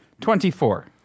Twenty-four